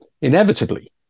Inevitably